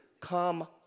come